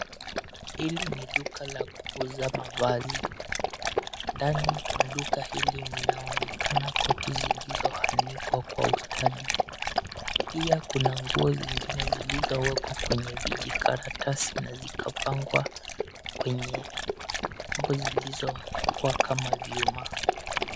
Hili ni duka la kuuza mavazi, ndani kwa duka hili mnaonekana koti zilizoanikwa kwa ustadi. Pia kuna nguo zingine zilizowekwa kwenye vijikaratasi na zikapangwa kwenye umbo zilizowekwa kama vyuma.